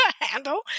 handle